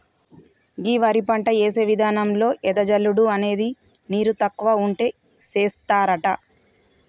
గీ వరి పంట యేసే విధానంలో ఎద జల్లుడు అనేది నీరు తక్కువ ఉంటే సేస్తారట